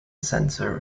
center